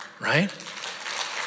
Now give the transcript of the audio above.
right